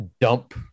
Dump